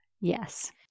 yes